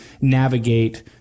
navigate